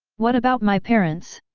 what about my parents?